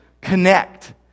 connect